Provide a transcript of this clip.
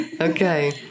Okay